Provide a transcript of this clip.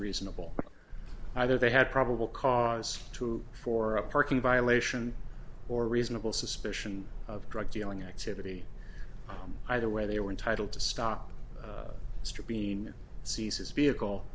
reasonable either they had probable cause to for a parking violation or reasonable suspicion of drug dealing activity either way they were entitled to stop being ceases vehicle